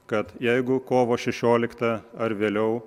kad jeigu kovo šešioliktą ar vėliau